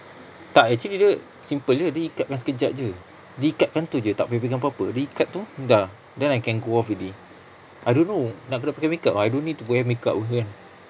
tak actually dia simple jer dia ikatkan sekejap jer dia ikatkan tu jer tak payah pegang apa-apa dia ikat tu dah then I can go off already I don't know nak kena pakai makeup I don't need to wear makeup [pe] kan